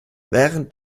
während